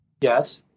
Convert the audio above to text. yes